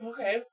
Okay